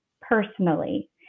personally